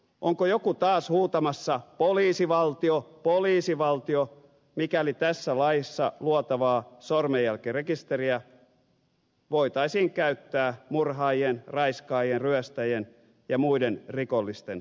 onko joku taas huutamassa poliisivaltio poliisivaltio mikäli tässä laissa luotavaa sormenjälkirekisteriä voitaisiin käyttää murhaajien raiskaajien ryöstäjien ja muiden rikollisten kiinni saamiseen